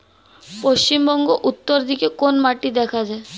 পশ্চিমবঙ্গ উত্তর দিকে কোন মাটি দেখা যায়?